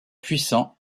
puissant